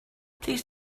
please